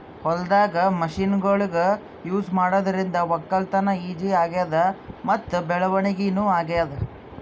ಹೊಲ್ದಾಗ್ ಮಷಿನ್ಗೊಳ್ ಯೂಸ್ ಮಾಡಾದ್ರಿಂದ ವಕ್ಕಲತನ್ ಈಜಿ ಆಗ್ಯಾದ್ ಮತ್ತ್ ಬೆಳವಣಿಗ್ ನೂ ಆಗ್ಯಾದ್